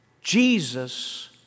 Jesus